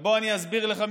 ובוא אני אסביר לך,